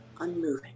Unmoving